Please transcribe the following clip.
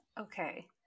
okay